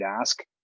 ask